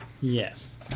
Yes